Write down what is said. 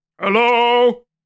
Hello